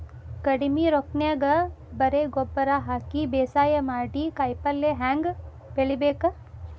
ಕಡಿಮಿ ರೊಕ್ಕನ್ಯಾಗ ಬರೇ ಗೊಬ್ಬರ ಹಾಕಿ ಬೇಸಾಯ ಮಾಡಿ, ಕಾಯಿಪಲ್ಯ ಹ್ಯಾಂಗ್ ಬೆಳಿಬೇಕ್?